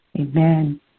amen